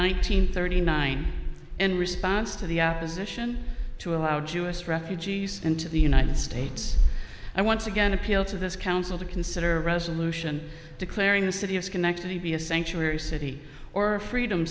and thirty nine in response to the opposition to allow jewish refugees into the united states i once again appeal to this council to consider a resolution declaring the city of schenectady be a sanctuary city or freedom